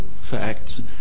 facts